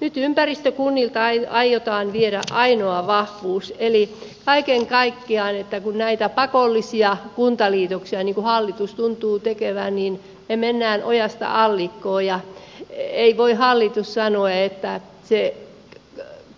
nyt ympäristökunnilta aiotaan viedä ainoa vahvuus eli kaiken kaikkiaan kun näitä pakollisia kuntaliitoksia hallitus tuntuu tekevän me menemme ojasta allikkoon eikä voi hallitus sanoa että se